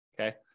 okay